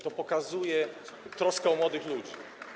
To pokazuje troskę o młodych ludzi.